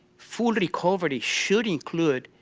full recovery should include